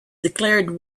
declared